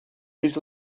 his